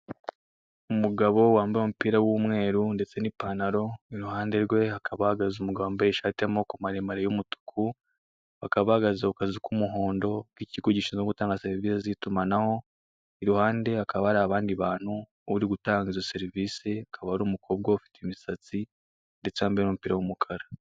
Umugabo wambaye umupira w'umweru ndetse n'ipantaro iruhande rwe hakaba hahagaze umugabo wambaye ishati y'amaboko maremare y'umutuku; akaba ahagaze ku kazu k'umuhondo k' ikigo gishinzwe gutanga serivise z'itumanaho; iruhande hakaba hari abandi bantu bari gutanga izo serivise, akaba ari umukobwa ufite imisatsi ndetse wambaye n'umupira w'umukara.